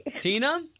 Tina